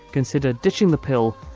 consider ditching the pill,